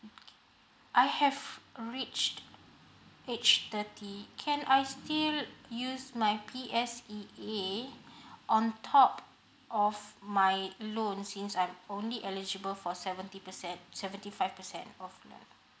I have reached age thirty can I still use my P_S_E_A on top of my loan since I'm only eligible for seventy percent seventy five percent of the